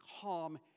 calm